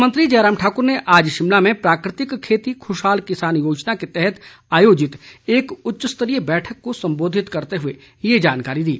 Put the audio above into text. मुख्यमंत्री जयराम ठाकुर ने आज शिमला में प्राकृतिक खेती खुशहाल किसान योजना के तहत आयोजित एक उच्च स्तरीय बैठक को संबोधित करते हुए ये जानकारी दी